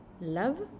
love